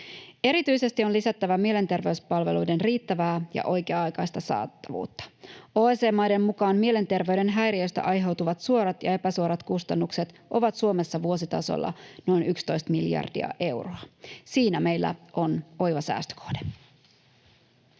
Erityisesti on lisättävä mielenterveyspalveluiden riittävää ja oikea-aikaista saatavuutta. OECD-maiden mukaan mielenterveyden häiriöistä aiheutuvat suorat ja epäsuorat kustannukset ovat Suomessa vuositasolla noin 11 miljardia euroa. Siinä meillä on oiva säästökohde.